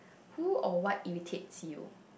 who or what irritates you